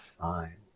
fine